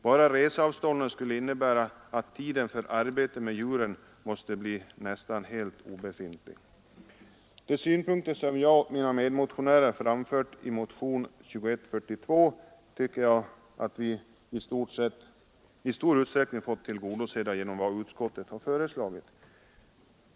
Bara resavstånden skulle innebära att tiden för arbete med djuren måste bli nästan helt obefintlig. De synpunkter som jag och mina medmotionärer framfört i motionen 2142 tycker jag att vi i stor utsträckning fått tillgodosedda genom vad utskottet har föreslagit.